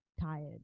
tired